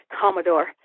Commodore